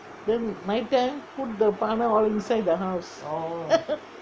then night time put the paanai all inside the house